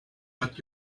what